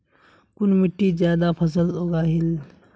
कुन मिट्टी ज्यादा फसल उगहिल?